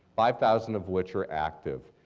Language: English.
five thousand of which are active,